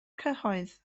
cyhoedd